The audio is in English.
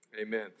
amen